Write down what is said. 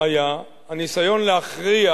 היה הניסיון להכריע